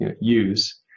use